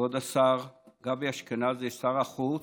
כבוד השר גבי אשכנזי, שר החוץ,